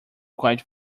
quite